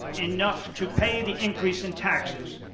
enough to pay the increase in taxes.